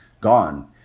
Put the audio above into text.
gone